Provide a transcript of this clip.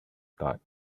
thought